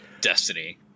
destiny